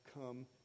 come